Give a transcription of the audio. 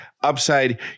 upside